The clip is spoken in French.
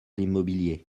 l’immobilier